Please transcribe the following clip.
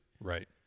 Right